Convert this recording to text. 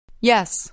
Yes